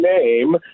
name